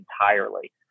entirely